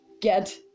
get